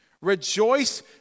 Rejoice